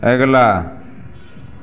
अगिला